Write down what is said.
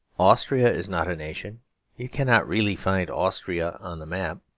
austria is not a nation you cannot really find austria on the map.